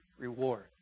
Reward